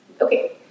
Okay